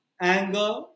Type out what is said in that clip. anger